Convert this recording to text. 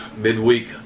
midweek